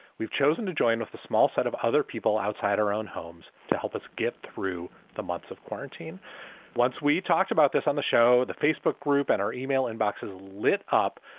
we've chosen to join with the small set of other people outside our own homes to help us get through the months of quarantine once we talked about this on the show, the facebook group and our email inboxes lit up.